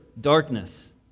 darkness